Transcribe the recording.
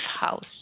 house